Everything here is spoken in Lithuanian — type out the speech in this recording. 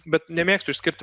bet nemėgstu išskirti